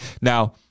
Now